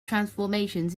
transformations